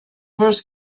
first